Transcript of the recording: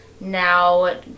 now